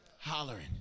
hollering